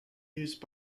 used